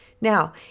Now